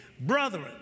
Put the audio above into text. Brethren